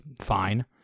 fine